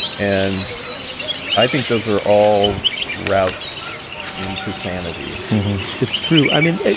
and i think those are all roots into sanity it's true. i mean.